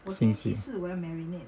星期